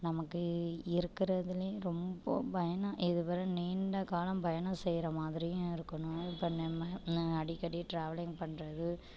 நமக்கு இருக்கிறதுலே ரொம்ப பயணம் இது வர நீண்ட கால பயணம் செய்யற மாதிரியும் இருக்கணும் இப்போ நம்ம அடிக்கடி ட்ராவலிங் பண்ணுறது